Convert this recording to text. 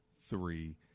three